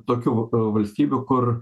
tokių valstybių kur